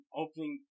opening